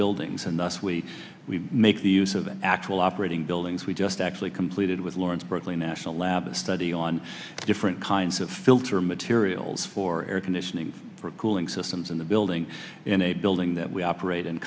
buildings and thus we make the use of actual operating buildings we just actually completed with lawrence berkeley national lab study on different kinds of filter materials for air conditioning for cooling systems in the building in a building that we